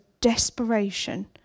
desperation